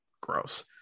gross